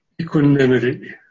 equanimity